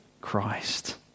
Christ